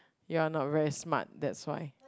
you're not very smart that's why